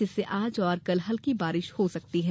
जिससे आज और कल हल्की बारिश भी हो सकती है